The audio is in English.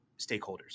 stakeholders